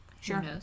Sure